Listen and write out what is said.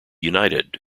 united